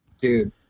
dude